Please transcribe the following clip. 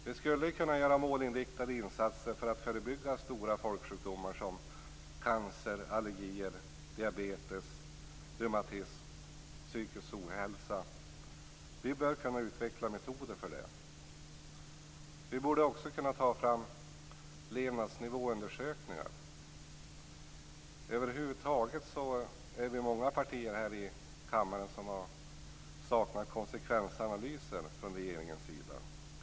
Vi skulle kunna göra målinriktade insatser för att förebygga stora folksjukdomar som cancer, allergier, diabetes, reumatism och psykisk ohälsa. Vi bör kunna utveckla metoder för det. Vi borde också kunna ta fram levnadsnivåundersökningar. Över huvud taget är det många partier i kammaren som har saknat konsekvensanalyser från regeringens sida.